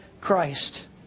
Christ